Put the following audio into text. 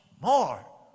more